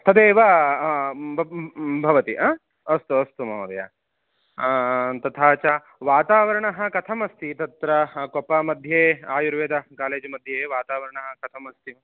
तदेव हा भवति अस्तु अस्तु महोदय तथा च वातावरणं कथमस्ति तत्र कोप्पामध्ये आयुर्वेद कालेज्मध्ये वातावरणं कथमस्ति